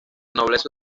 nobleza